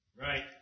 Right